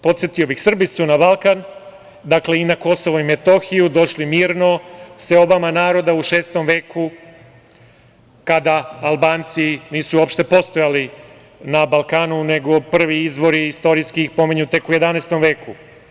Podsetio bih, Srbi su na Balkan, dakle, i na Kosovo i Metohiju došli mirno, seobama naroda u šestom veku, kada Albanci nisu uopšte postojali na Balkanu, nego prvi istorijski izvori ih pominju tek u 11. veku.